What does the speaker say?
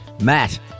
Matt